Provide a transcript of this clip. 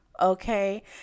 Okay